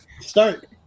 Start